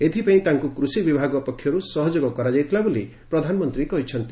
ଏଥିପାଇଁ ତାଙ୍କୁ କୁଷି ବିଭାଗ ପକ୍ଷରୁ ସହଯୋଗ କରାଯାଇଥିଲା ବୋଲି ପ୍ରଧାନମନ୍ତୀ କହିଛନ୍ତି